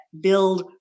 build